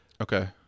Okay